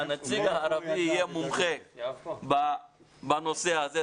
-- שהנציג הערבי יהיה מומחה בנושא הזה.